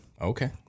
Okay